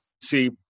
see